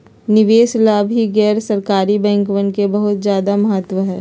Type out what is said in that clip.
निवेश ला भी गैर सरकारी बैंकवन के बहुत ज्यादा महत्व हई